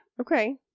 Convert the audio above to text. Okay